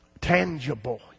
tangible